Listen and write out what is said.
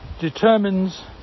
determines